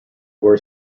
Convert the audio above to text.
were